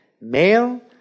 Male